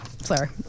Sorry